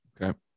Okay